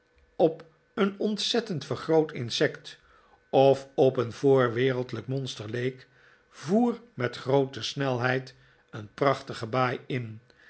op een ontzettend vergroot insect of op een voorwereldlijk monster leek voer met groote snelheid een prachtige baai in